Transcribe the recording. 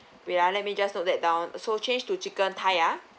wait ah let me just note that down so change to chicken thigh ah